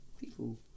people